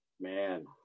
man